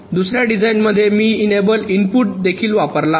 दुसर्या डिझाइनमध्ये मी एक इनेबल इनपुट देखील वापरला आहे